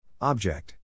Object